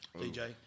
DJ